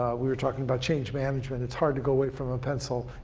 we were talking about change management. it's hard to go away from a pencil